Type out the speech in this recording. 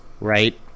right